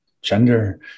gender